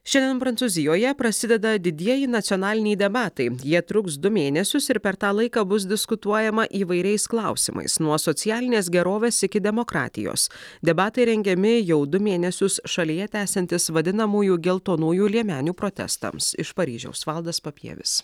šiandien prancūzijoje prasideda didieji nacionaliniai debatai jie truks du mėnesius ir per tą laiką bus diskutuojama įvairiais klausimais nuo socialinės gerovės iki demokratijos debatai rengiami jau du mėnesius šalyje tęsiantis vadinamųjų geltonųjų liemenių protestams iš paryžiaus valdas papievis